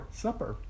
supper